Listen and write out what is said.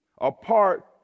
apart